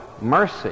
mercy